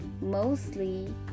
mostly